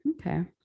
Okay